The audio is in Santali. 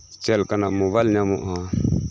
ᱪᱮᱫ ᱞᱮᱠᱟᱱᱟᱜ ᱢᱳᱵᱟᱭᱤᱞ ᱧᱟᱢᱚᱜᱼᱟ